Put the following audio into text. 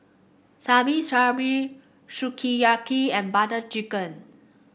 Shabu Shabu Sukiyaki and Butter Chicken